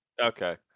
okay